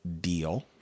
deal